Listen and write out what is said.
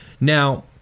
Now